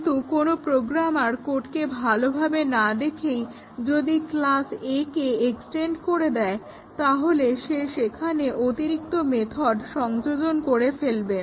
কিন্তু কোনো প্রোগ্রামার কোডকে ভালোভাবে না দেখেই যদি ক্লাস A কে এক্সটেন্ড করে দেয় তাহলে সে সেখানে অতিরিক্ত মেথড সংযোজন করে ফেলবে